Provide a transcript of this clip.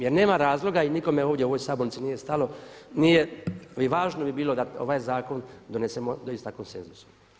Jer nema razloga i nikome u ovdje u ovoj sabornici nije stalo, nije, i važno bi bilo da ovaj zakon donesemo doista konsenuzusom.